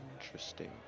interesting